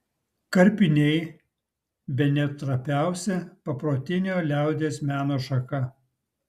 karpiniai bene trapiausia paprotinio liaudies meno šaka